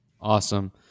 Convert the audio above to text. Awesome